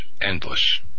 endless